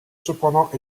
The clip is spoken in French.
cependant